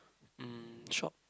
mm shop